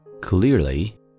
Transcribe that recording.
Clearly